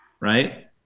right